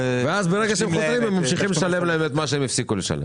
ואז כאשר הם חוזרים משרד הקליטה ממשיך לשלם להם את מה שהפסיק לשלם.